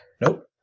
Nope